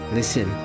Listen